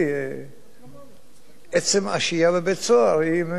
עצם השהייה בבית-סוהר מגבילה את חייו של האדם.